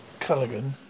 Culligan